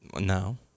No